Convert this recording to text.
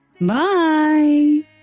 Bye